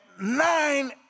nine